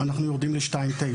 אנחנו יורדים ל-2.9.